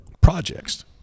projects